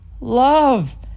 Love